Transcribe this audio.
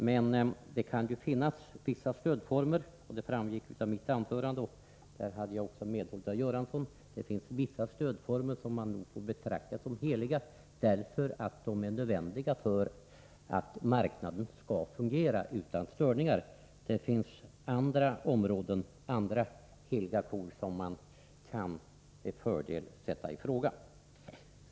Men det kan finnas vissa stödformer — på den punkten fick jag medhåll från Bengt Göransson — som får betraktas som heliga därför att de är nödvändiga för att marknaden skall fungera utan störningar. Det finns däremot andra s.k. heliga kor som man med fördel kan sätta i fråga.